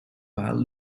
waal